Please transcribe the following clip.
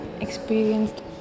experienced